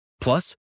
Plus